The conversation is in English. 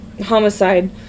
homicide